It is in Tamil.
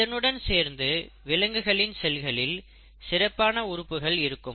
இதனுடன் சேர்ந்து விலங்குகளின் செல்களில் சிறப்பான உறுப்புகள் இருக்கும்